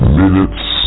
minutes